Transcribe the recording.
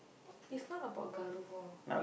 is not about கர்வம்:karvam